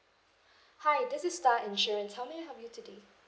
hi this is star insurance how may I help you today